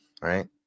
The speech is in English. right